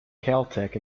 caltech